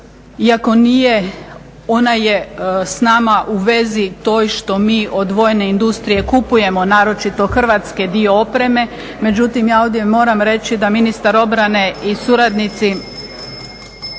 iako nije ona je s nama u vezi toj što mi od vojne industrije kupujemo naročito hrvatske dio opreme. Međutim, ja ovdje moram reći da ministar obrane i suradnici